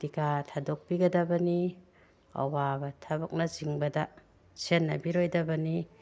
ꯇꯤꯀꯥ ꯊꯥꯗꯣꯛꯄꯤꯒꯗꯕꯅꯤ ꯑꯋꯥꯕ ꯊꯕꯛꯅ ꯆꯤꯡꯕꯗ ꯁꯦꯟꯅꯕꯤꯔꯣꯏꯗꯕꯅꯤ